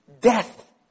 death